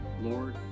Lord